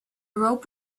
rope